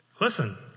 Listen